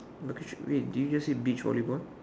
but question wait did you just say beach volleyball